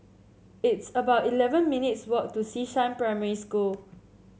it's about eleven minutes' walk to Xishan Primary School